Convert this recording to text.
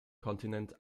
kontinent